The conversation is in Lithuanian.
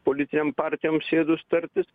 politinėm partijom sėdus tartis